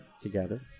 together